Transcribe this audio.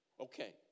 Okay